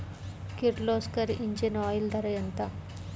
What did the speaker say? Kirloskar engine oil ధర ఎంత?